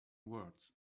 words